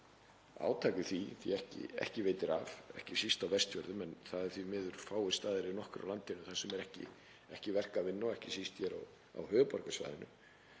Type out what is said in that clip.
átak í því, ekki veitir af, ekki síst á Vestfjörðum. En það eru því miður fáir staðir ef nokkrir á landinu þar sem ekki er verk að vinna og ekki síst hér á höfuðborgarsvæðinu.